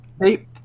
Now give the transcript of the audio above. Hey